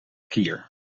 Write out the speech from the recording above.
kier